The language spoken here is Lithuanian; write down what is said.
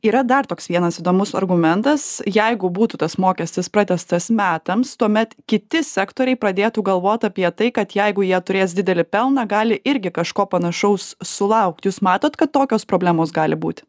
yra dar toks vienas įdomus argumentas jeigu būtų tas mokestis pratęstas metams tuomet kiti sektoriai pradėtų galvot apie tai kad jeigu jie turės didelį pelną gali irgi kažko panašaus sulaukti jūs matot kad tokios problemos gali būti